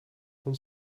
von